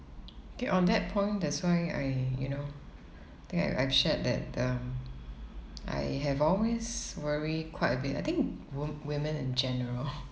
okay on that point that's why I you know I think I I've shared that um I have always worry quite a bit I think wom~ women in general